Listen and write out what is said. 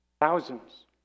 thousands